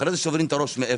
אחרי זה שוברים את הראש מאיפה.